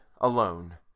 alone